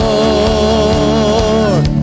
Lord